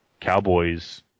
Cowboys